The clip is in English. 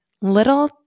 little